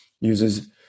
uses